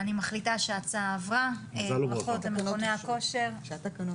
הצבעה תקנות מכוני הכושר התקבלו.